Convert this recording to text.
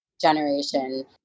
generation